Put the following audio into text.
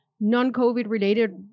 non-COVID-related